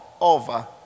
over